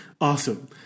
Awesome